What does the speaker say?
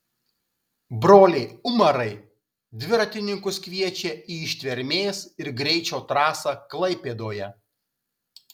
broliai umarai dviratininkus kviečia į ištvermės ir greičio trasą klaipėdoje